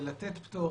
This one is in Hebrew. לתת פטור